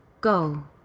go